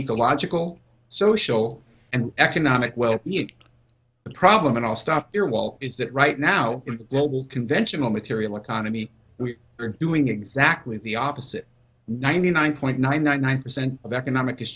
ecological social and economic well the problem and i'll stop here well is that right now what will conventional material economy doing exactly the opposite ninety nine point nine nine nine percent of economic